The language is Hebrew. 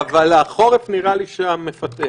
אבל מסיבות משפחיות לא עמדתי באתגר.